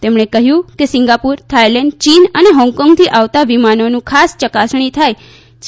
તેમણે કહ્યુંકે Singapore Thailand ચીન અને હોંગકોંગથી આવતાં વિમાનોનું ખાસ યકાસણી થાય છે